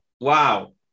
Wow